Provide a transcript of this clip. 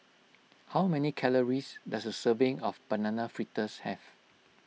how many calories does a serving of Banana Fritters have